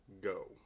Go